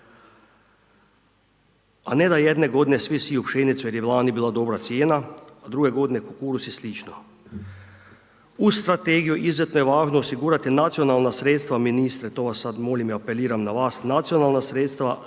a ne da jedne godine svi siju pšenicu jer je lani bila dobra cijena, a druge godine kukuruz i slično. Uz strategiju izuzetno je važno osigurati nacionalna sredstva, ministre to vas sad molim i apeliram na vas, nacionalna sredstva